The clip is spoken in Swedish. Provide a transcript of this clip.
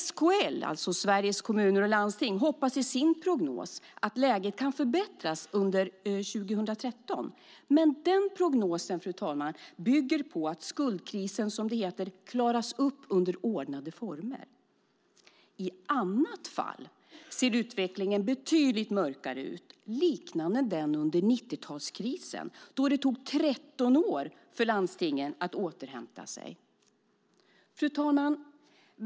SKL hoppas i sin prognos att läget kan förbättras under 2013, men den prognosen, fru talman, bygger på att skuldkrisen som det heter klaras upp under ordnade former. I annat fall ser utvecklingen betydligt mörkare ut, liknande den under 90-talskrisen då det tog 13 år för landstingen att återhämta sig. Fru talman!